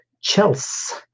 Chelsea